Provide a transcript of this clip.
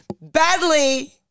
badly